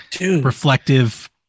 reflective